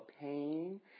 pain